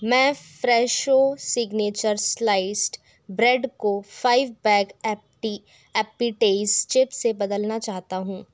मैं Fresho signature sliced bread को five bag एप्पीटैज़ चिप्स से बदलना चाहता हूँ